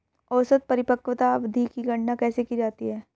औसत परिपक्वता अवधि की गणना कैसे की जाती है?